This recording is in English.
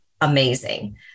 amazing